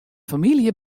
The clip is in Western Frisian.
famylje